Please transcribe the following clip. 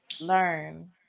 learn